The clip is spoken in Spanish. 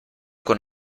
con